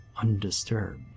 undisturbed